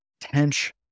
Tench